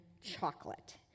chocolate